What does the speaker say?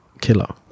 Killer